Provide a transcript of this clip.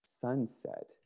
sunset